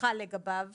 החוק באמת